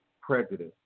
prejudice